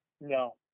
No